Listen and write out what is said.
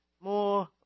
More